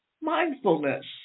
mindfulness